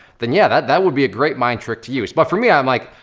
then yeah, that that would be a great mind trick to use. but for me, i'm like,